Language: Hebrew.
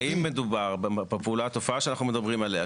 האם מדובר בתופעה שאנחנו מדברים עליה,